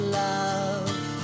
love